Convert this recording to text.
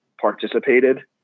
participated